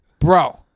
Bro